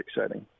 exciting